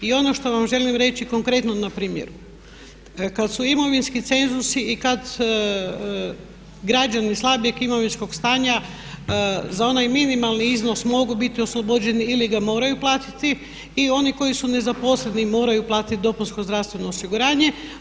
I ono što vam želim reći konkretno na primjeru, kad su imovinski cenzusi i kad građani slabijeg imovinskog stanja za onaj minimalni iznos mogu biti oslobođeni ili ga moraju platiti i oni koji su nezaposleni moraju platiti dopunsko zdravstveno osiguranje.